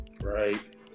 Right